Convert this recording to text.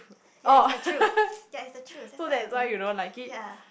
ya it's the truth ya it's the truth that's why I don't ya